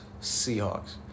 Seahawks